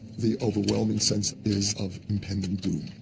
the overwhelming sense is of impending doom,